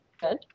Good